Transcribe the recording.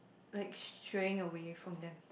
like straying away from them